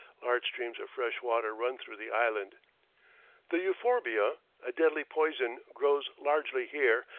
large streams of fresh water run through the island the euphorbia, a deadly poison, grows largely here,